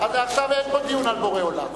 עכשיו אין פה דיון על בורא עולם.